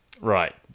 Right